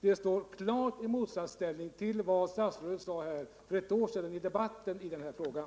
Det står i klar motsats till vad statsrådet sade i debatten i den här frågan för ett år sedan.